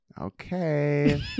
Okay